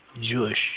Jewish